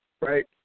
right